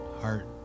heart